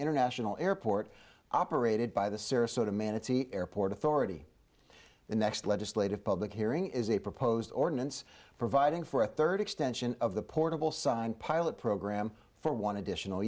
international airport operated by the sarasota manatee airport authority the next legislative public hearing is a proposed ordinance providing for a third extension of the portable sign pilot program for one additional